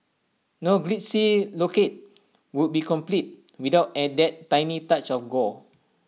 no glitzy locale would be complete without and that tiny touch of gore